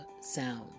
sound